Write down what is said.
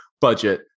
budget